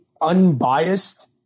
unbiased